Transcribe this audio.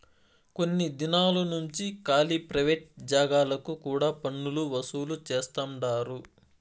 కొన్ని దినాలు నుంచి కాలీ ప్రైవేట్ జాగాలకు కూడా పన్నులు వసూలు చేస్తండారు